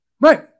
Right